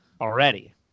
already